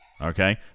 Okay